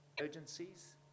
Urgencies